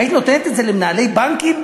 היית נותנת את זה למנהלי בנקים?